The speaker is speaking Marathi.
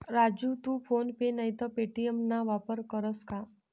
राजू तू फोन पे नैते पे.टी.एम ना वापर करस का?